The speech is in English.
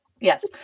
Yes